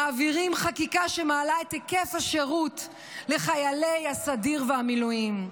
מעבירים חקיקה שמעלה את היקף השירות לחיילי הסדיר והמילואים.